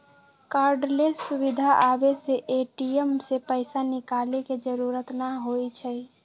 cardless सुविधा आबे से ए.टी.एम से पैसा निकाले के जरूरत न होई छई